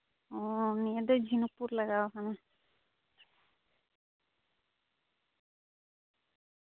ᱚ ᱱᱤᱭᱟᱹ ᱫᱚ ᱡᱷᱤᱱᱩᱠᱯᱩᱨ ᱞᱟᱜᱟᱣᱟᱠᱟᱱᱟ